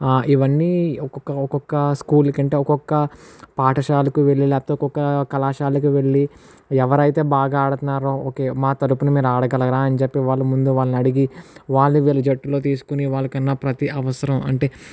ఇవన్నీ ఒకొక్క ఒకొక్క స్కూల్కి అంటే ఒకొక్క పాఠశాలకు వెళ్ళి లేకపోతే ఒకొక్క కళాశాలకు వెళ్ళి ఎవరైతే బాగా ఆడుతున్నారో ఒకే మా తరపున మీరు అడగలరా అని చెప్పి వాళ్ళ ముందు వాళ్ళని అడిగి వాళ్ళ వీళ్ళ జట్టులో తీసుకోని వాళ్ళకి ఉన్న ప్రతి అవసరం అంటే